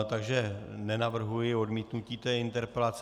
Takže nenavrhuji odmítnutí interpelace.